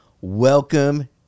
Welcome